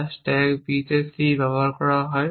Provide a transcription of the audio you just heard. যা stack b দ্বারা c তে ব্যবহার করা হয়